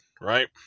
right